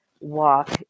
walk